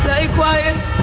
Likewise